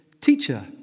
Teacher